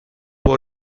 può